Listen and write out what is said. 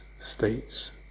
states